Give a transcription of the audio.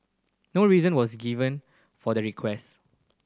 no reason was given for the request